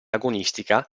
agonistica